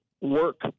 work